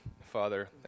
Father